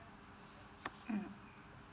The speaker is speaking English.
mm